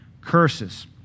curses